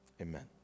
Amen